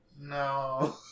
No